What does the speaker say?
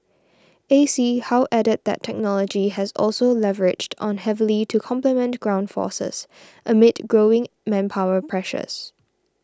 A C how added that technology has also leveraged on heavily to complement ground forces amid growing manpower pressures